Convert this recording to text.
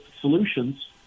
solutions